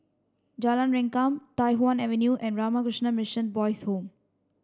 Jalan Rengkam Tai Hwan Avenue and Ramakrishna Mission Boys' Home